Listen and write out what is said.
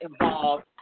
involved